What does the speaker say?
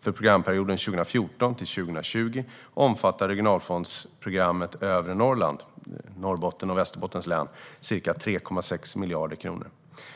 För programperioden 2014-2020 omfattar regionalfondsprogrammet Övre Norrland ca 3,6 miljarder kronor.